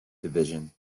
division